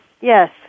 Yes